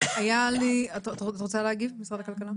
משרד הכלכלה, את רוצה להגיב?